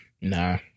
Nah